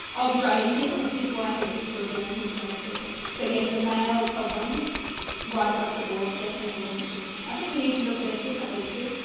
i'll be driving him and his wife and his children and his grandchildren. so yes, a male problem right across the board, definitely an issue. i think we need to look at it differently too.